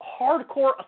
hardcore